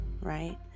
Right